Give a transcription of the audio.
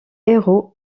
héros